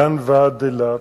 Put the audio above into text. מדן ועד אילת,